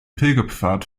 pilgerpfad